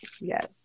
yes